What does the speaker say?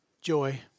Joy